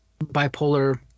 bipolar